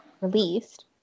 released –